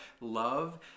love